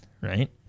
right